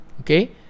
Okay